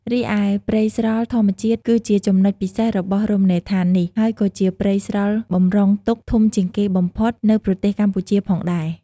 រីឯព្រៃស្រល់ធម្មជាតិគឺជាចំណុចពិសេសរបស់រមណីយដ្ឋាននេះ ហើយក៏ជាព្រៃស្រល់បំរុងទុកធំជាងគេបំផុតនៅប្រទេសកម្ពុជាផងដែរ។